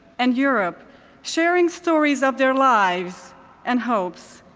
and europe sharing stories of their lives and hopes,